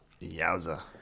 Yowza